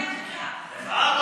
אמיר,